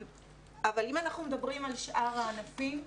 אם אנחנו מדברים על שאר הענפים,